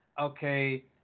Okay